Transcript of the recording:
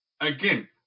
again